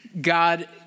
God